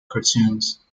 cartoons